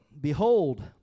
Behold